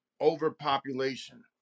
overpopulation